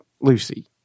Lucy